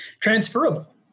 Transferable